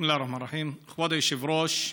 כבוד היושב-ראש,